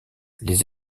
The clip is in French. les